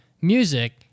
music